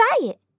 diet